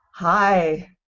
Hi